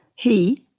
he,